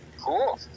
Cool